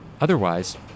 otherwise